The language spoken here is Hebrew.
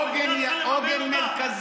על מה אתה מגן?